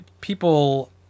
people